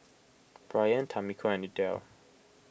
Bryant Tamiko and Idell